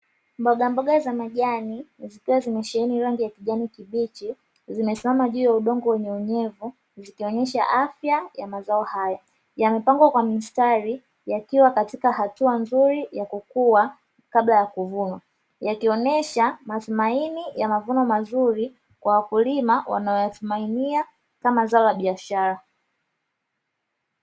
Mboga mboga za majani zikiwa zimesheheni rangi ya kijani kibichei, zimesimama juu ya udongo wenye unyevu zikionyesha afya ya mazao haya yamepangwa kwa mistari yakiwa katika hatua nzuri ya kukua kabla ya kuvunwa, yakionesha matumaini ya mavuno mazuri kwa wakulima wanaoyatumainia kama zao la biashara.